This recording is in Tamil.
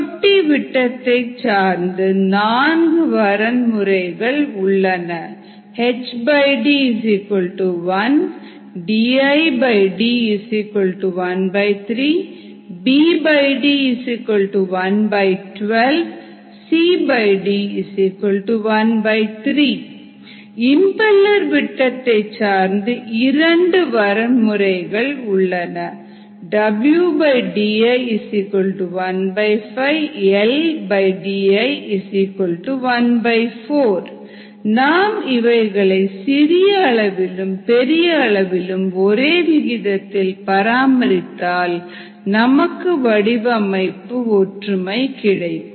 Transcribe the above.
தொட்டி விட்டத்தை சார்ந்து நான்கு வரன் முறைகள் உள்ளன HD 1 DiD⅓ BD112 CD⅓ impeller விட்டத்தை சார்ந்து 2 வரன் முறைகள் உள்ளன WDi⅕ LDi¼ நாம் இவைகளை சிறிய அளவிலும் பெரிய அளவிலும் ஒரே விகிதத்தில் பராமரித்தால் நமக்கு வடிவமைப்பு ஒற்றுமை கிடைக்கும்